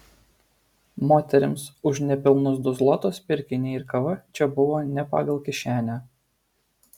moterims už nepilnus du zlotus pirkiniai ir kava čia buvo ne pagal kišenę